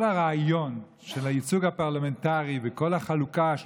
כל הרעיון של הייצוג הפרלמנטרי וכל החלוקה של